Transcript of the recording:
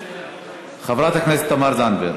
חברת הכנסת תמר זנדברג.